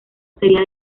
sería